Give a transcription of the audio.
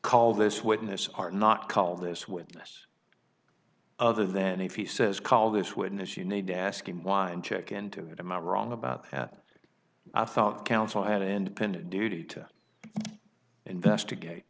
call this witness are not call this witness other than if he says call this witness you need to ask him why and check into it am i wrong about that i thought counsel at independent duty to investigate